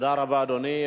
תודה רבה, אדוני.